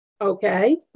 Okay